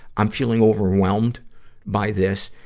i'm feeling overwhelmed by this.